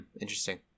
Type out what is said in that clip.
Interesting